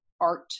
art